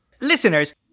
Listeners